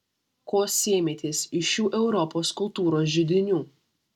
ko sėmėtės iš šių europos kultūros židinių